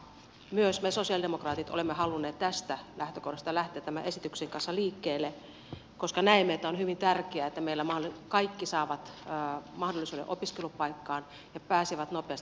myös me sosialidemokraatit olemme halunneet tästä lähtökohdasta lähteä tämän esityksen kanssa liikkeelle koska näemme että on hyvin tärkeää että meillä kaikki saavat mahdollisuuden opiskelupaikkaan ja pääsevät nopeasti työmarkkinoille